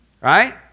right